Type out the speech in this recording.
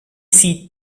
seed